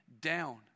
down